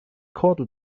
kordel